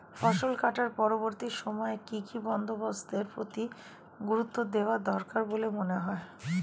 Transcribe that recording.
ফসল কাটার পরবর্তী সময়ে কি কি বন্দোবস্তের প্রতি গুরুত্ব দেওয়া দরকার বলে মনে হয়?